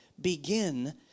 begin